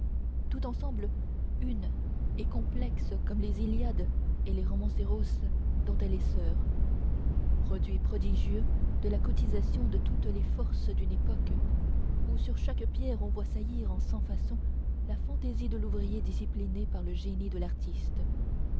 tout ensemble une et complexe comme les iliades et les romanceros dont elle est soeur produit prodigieux de la cotisation de toutes les forces d'une époque où sur chaque pierre on voit saillir en cent façons la fantaisie de l'ouvrier disciplinée par le génie de l'artiste